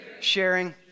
Sharing